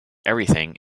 everything